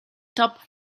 top